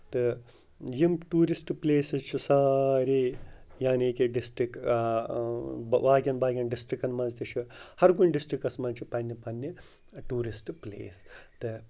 تہٕ یِم tourist places چھِ سارے یعنی کہِ ڈِسٹِرٛک باقیَن باقیَن ڈِسٹِرٛکَن منٛز تہِ چھِ ہَر کُنہِ ڈِسٹرٛکَس منٛز چھِ پَنٛنہِ پَنٛنہِ ٹوٗرِسٹ پٕلیس تہٕ